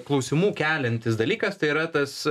klausimų keliantis dalykas tai yra tas